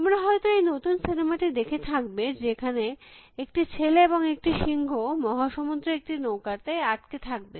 তোমরা হয়ত এই নতুন সিনেমা টি দেখে থাকবে যেখানে একটি ছেলে এবং একটি সিংহ মহাসমুদ্রে একটি নৌকাতে আটকে থাকবে